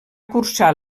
cursar